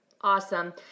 Awesome